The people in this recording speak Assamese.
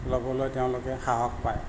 ল'বলৈ তেওঁলোকে সাহস পায়